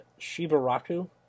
Shibaraku